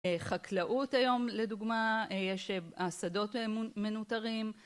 חקלאות היום לדוגמה, יש השדות מנותרים